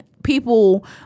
People